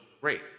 great